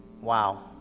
wow